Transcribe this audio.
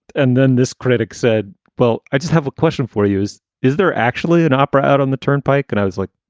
and then this critic said, well, i just have a question for you is, is there actually an opera out on the turnpike? and i was like,